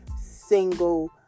single